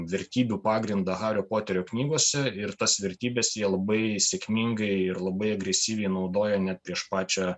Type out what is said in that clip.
vertybių pagrindą hario poterio knygose ir tas vertybes jie labai sėkmingai ir labai agresyviai naudoja net prieš pačią